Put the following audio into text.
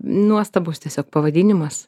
nuostabus tiesiog pavadinimas